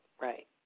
Right